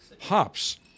hops